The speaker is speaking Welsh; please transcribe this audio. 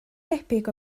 debyg